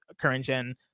current-gen